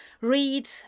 Read